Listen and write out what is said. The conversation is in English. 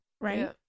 right